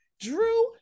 Drew